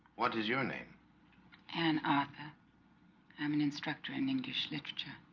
what is your name ann arthur i'm an instructor in english literature